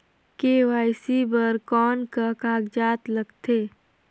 KYC बर कौन का कागजात लगथे?